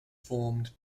formed